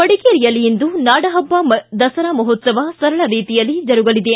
ಮಡಿಕೇರಿಯಲ್ಲಿ ಇಂದು ನಾಡಹಬ್ಬ ದಸರಾ ಮಹೋತ್ಲವ ಸರಳ ರೀತಿಯಲ್ಲಿ ಜರುಗಲಿದೆ